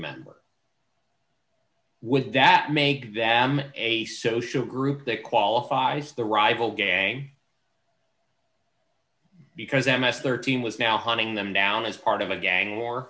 member would that make them a social group that qualifies the rival gang because m s thirteen was now hunting them down as part of a gang